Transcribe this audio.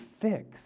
fix